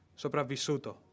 sopravvissuto